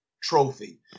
trophy